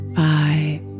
five